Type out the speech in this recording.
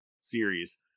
series